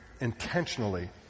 intentionally